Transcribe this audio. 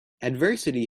adversity